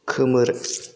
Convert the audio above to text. खोमोर